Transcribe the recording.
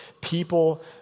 people